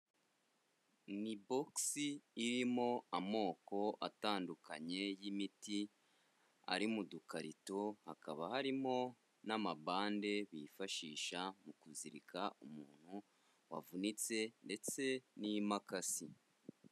Ni bogisi irimo amoko atandukanye y'imiti, ari mu dukarito, hakaba harimo n'amabande bifashisha mu kuzirika umuntu wavunitse ndetse n'imakasi.